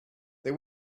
they